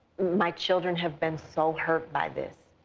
my children have been so hurt by this.